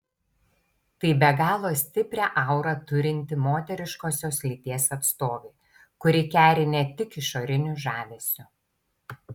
tai be galo stiprią aurą turinti moteriškosios lyties atstovė kuri keri ne tik išoriniu žavesiu